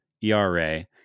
ERA